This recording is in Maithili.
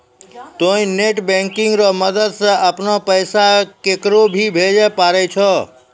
तोंय नेट बैंकिंग रो मदद से अपनो पैसा केकरो भी भेजै पारै छहो